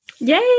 yay